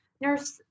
nurse